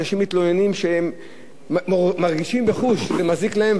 אנשים מתלוננים שהם מרגישים בחוש שזה מזיק להם,